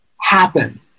happen